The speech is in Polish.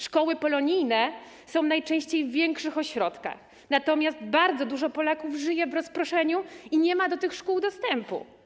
Szkoły polonijne są najczęściej w większych ośrodkach, natomiast bardzo dużo Polaków żyje w rozproszeniu i nie ma do tych szkół dostępu.